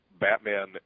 Batman